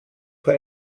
vor